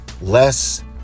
less